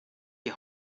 die